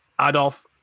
Adolf